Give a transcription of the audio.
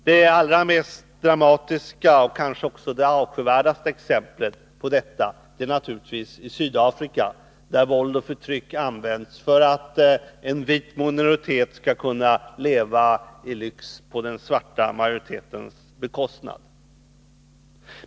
Det allra mest dramatiska, och kanske också mest avskyvärda exemplet på detta är naturligtvis Sydafrika, där våld och förtryck används för att en vit minoritet skall kunna leva i lyx på den svarta majoritetens bekostnad.